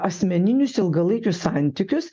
asmeninius ilgalaikius santykius